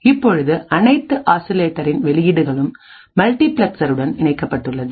இப்பொழுது அனைத்து ஆசிலேட்டரின் வெளியீடுகளும் மல்டிபிளக்ஸ்ஸருடன் இணைக்கப்பட்டுள்ளது